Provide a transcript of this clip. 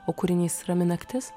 o kūrinys rami naktis